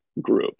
group